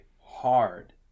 hard